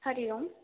हरिः ओम्